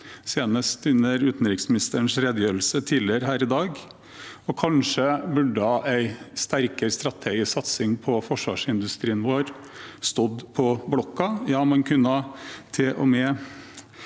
senest under utenriksministerens redegjørelse her tidligere i dag. Kanskje burde en sterkere strategisk satsing på forsvarsindustrien vår stått på blokken? Ja, man kunne til og med